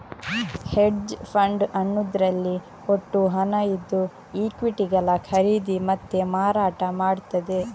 hedge fund ಅನ್ನುದ್ರಲ್ಲಿ ಒಟ್ಟು ಹಣ ಇದ್ದು ಈಕ್ವಿಟಿಗಳ ಖರೀದಿ ಮತ್ತೆ ಮಾರಾಟ ಮಾಡ್ತದೆ